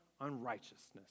unrighteousness